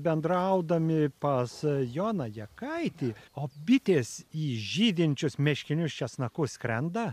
bendraudami pas joną jakaitį o bitės į žydinčius meškinius česnakus skrenda